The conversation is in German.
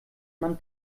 man